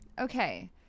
Okay